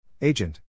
Agent